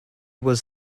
was